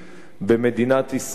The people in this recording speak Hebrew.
במדינת ישראל,